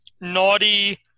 naughty